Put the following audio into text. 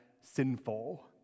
sinful